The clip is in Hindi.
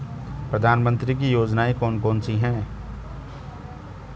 प्रधानमंत्री की योजनाएं कौन कौन सी हैं?